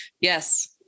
Yes